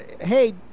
hey